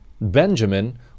Benjamin